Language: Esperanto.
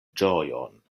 ĝojon